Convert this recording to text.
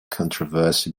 controversy